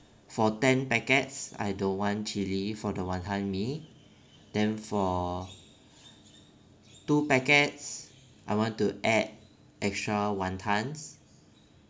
for ten packets I don't want one chili for the wanton mee then for two packets I want to add extra wanton